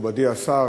מכובדי השר,